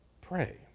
pray